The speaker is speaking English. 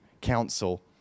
council